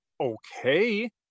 okay